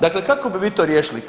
Dakle, kako bi vi to riješili?